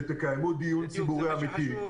שתקיימו דיון ציבורי אמיתי.